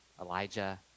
Elijah